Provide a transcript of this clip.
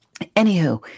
Anywho